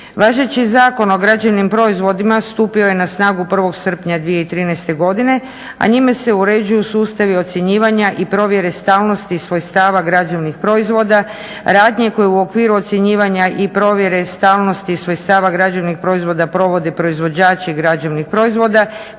Važeći Zakon o građevnim proizvodima stupio je na snagu 1. srpnja 2013. godine, a njime se uređuju sustavi ocjenjivanja i provjere stalnosti svojstava građevnih proizvoda, radnje koje u okviru ocjenjivanja i provjere stalnosti svojstava građevnih proizvoda provodi proizvođači građevnih proizvoda